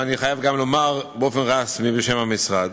ואני חייב גם לומר באופן רשמי בשם המשרד: